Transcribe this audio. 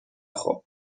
خوب